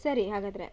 ಸರಿ ಹಾಗಾದರೆ